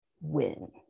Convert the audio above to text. win